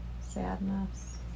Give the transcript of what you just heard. sadness